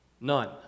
none